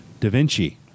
DaVinci